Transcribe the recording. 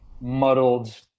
muddled